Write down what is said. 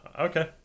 Okay